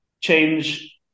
change